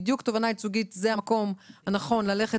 בדיוק תובענה ייצוגית זה המקום הנכון ללכת